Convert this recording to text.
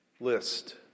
list